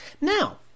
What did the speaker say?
Now